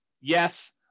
Yes